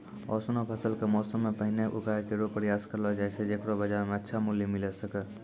ऑसनो फसल क मौसम सें पहिने उगाय केरो प्रयास करलो जाय छै जेकरो बाजार म अच्छा मूल्य मिले सके